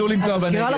מי נגד?